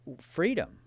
freedom